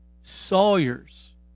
Sawyers